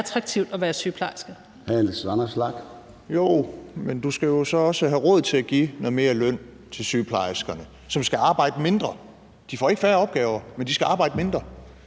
at være sygeplejerske.